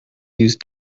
used